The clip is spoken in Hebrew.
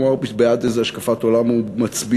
הוא אמר בעד איזו השקפת עולם הוא מצביע,